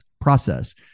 process